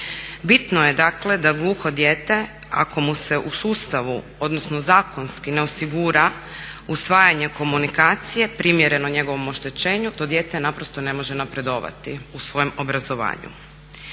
Bitno je dakle da gluho dijete ako mu se u sustavu, odnosno zakonski, ne osigura usvajanje komunikacije primjereno njegovom oštećenju to dijete naprosto ne može napredovati u svojem obrazovanju.